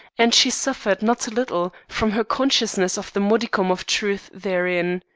and she suffered not a little from her consciousness of the modicum of truth therein.